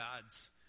God's